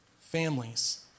families